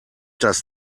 das